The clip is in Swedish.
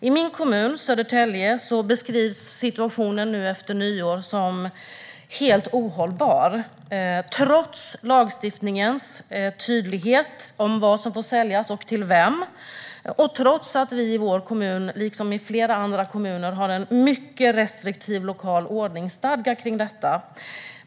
I min hemkommun Södertälje beskrivs efter nyår situationen som helt ohållbar, trots lagstiftningens tydlighet om vad som får säljas och till vem och trots att vår kommun, liksom flera andra kommuner, har en mycket restriktiv lokal ordningsstadga för detta.